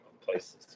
places